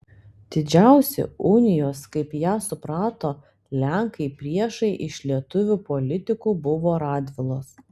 didžiausi unijos kaip ją suprato lenkai priešai iš lietuvių politikų buvo radvilos